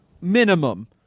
minimum